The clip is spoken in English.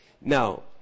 Now